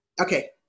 Okay